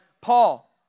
Paul